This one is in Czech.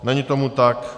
Není tomu tak.